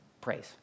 praise